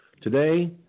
Today